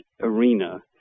arena